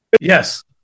Yes